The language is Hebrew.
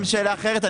הם בשאלה אחרת.